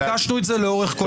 ביקשנו את זה לאורך כל הדרך.